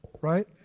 right